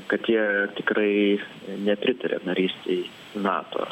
kad jie tikrai nepritaria narystei nato